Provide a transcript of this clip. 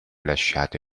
lasciate